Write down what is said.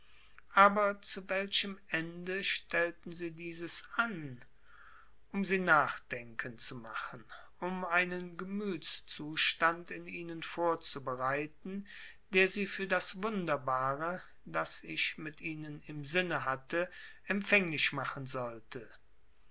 aber zu welchem ende stellten sie dieses an um sie nachdenkend zu machen um einen gemütszustand in ihnen vorzubereiten der sie für das wunderbare das ich mit ihnen im sinne hatte empfänglich machen sollte